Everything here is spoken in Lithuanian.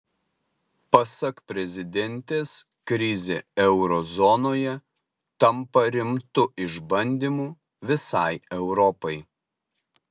pasak prezidentės krizė euro zonoje tampa rimtu išbandymu visai europai